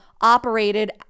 operated